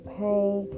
pain